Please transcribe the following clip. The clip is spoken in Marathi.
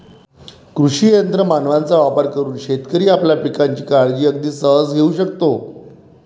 कृषी यंत्र मानवांचा वापर करून शेतकरी आपल्या पिकांची काळजी अगदी सहज घेऊ शकतो